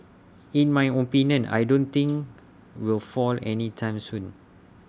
in my opinion I don't think will fall any time soon